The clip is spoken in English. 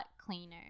cleaner